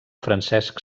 francesc